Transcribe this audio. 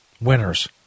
Winners